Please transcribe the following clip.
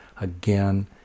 again